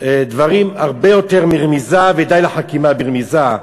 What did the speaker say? דברים הרבה יותר מרמיזה, ודי לחכימא ברמיזא,